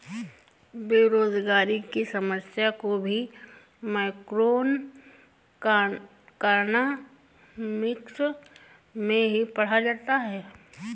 बेरोजगारी की समस्या को भी मैक्रोइकॉनॉमिक्स में ही पढ़ा जाता है